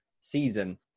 season